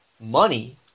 money